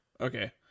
Okay